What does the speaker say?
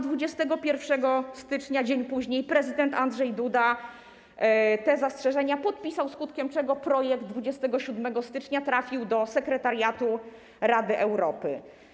21 stycznia, dzień później, prezydent Andrzej Duda te zastrzeżenia podpisał, skutkiem czego projekt 27 stycznia trafił do sekretariatu Rady Europy.